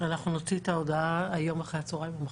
אנחנו נוציא את ההודעה היום אחרי הצוהריים או מחר.